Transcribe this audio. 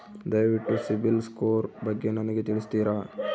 ದಯವಿಟ್ಟು ಸಿಬಿಲ್ ಸ್ಕೋರ್ ಬಗ್ಗೆ ನನಗೆ ತಿಳಿಸ್ತೀರಾ?